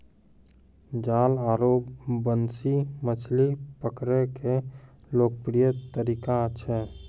जाल आरो बंसी मछली पकड़ै के लोकप्रिय तरीका छै